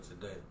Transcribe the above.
today